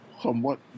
Somewhat